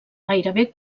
gairebé